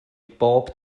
bob